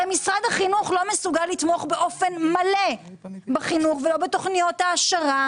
הרי משרד החינוך לא מסוגל לתמוך באופן מלא בחינוך ולא בתוכניות העשרה